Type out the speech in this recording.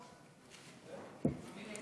ההצעה